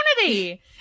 community